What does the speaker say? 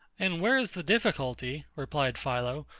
and where is the difficulty, replied philo,